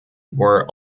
were